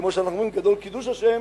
כמו שאנחנו אומרים גדול קידוש השם